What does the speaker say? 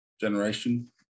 generation